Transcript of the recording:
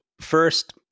first